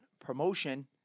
promotion